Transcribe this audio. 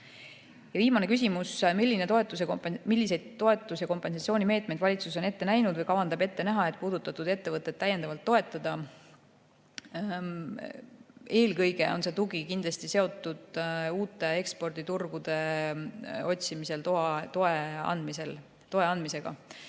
Viimane küsimus: "Millised toetus- ja kompensatsioonimeetmeid valitsus on ette näinud või kavandab ette näha, et puudutatuid ettevõtteid täiendavalt toetada?" Eelkõige on see tugi kindlasti seotud uute eksporditurgude otsimisel toe andmisega,